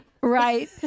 Right